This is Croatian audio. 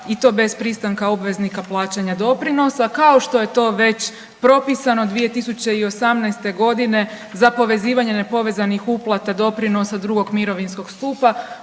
i to bez pristanka obveznika plaćanja doprinosa, kao što je to već propisano 2018.g. za povezivanje nepovezanih uplata doprinosa drugog mirovinskog stupa